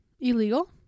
Illegal